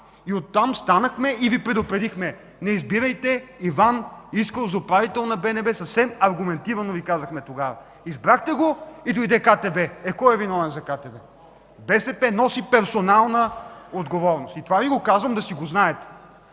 От там станахме и Ви предупредихме: „Не избирайте Иван Искров за управител на БНБ”. Съвсем аргументирано го казахме тогава. Избрахте го и дойде КТБ. Е, кой е виновен за КТБ? БСП носи персонална отговорност. Това Ви го казвам – да си го знаете!